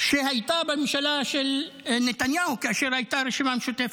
שהייתה בממשלה של נתניהו כאשר הייתה הרשימה המשותפת.